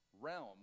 realm